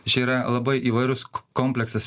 čia yra labai įvairūs k kompleksas